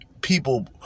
people